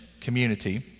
community